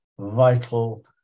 vital